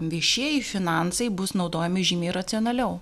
viešieji finansai bus naudojami žymiai racionaliau